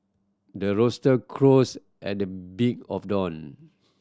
the rooster crows at the beat of dawn